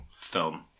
film